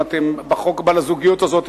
בחוק ברית הזוגיות הזאת,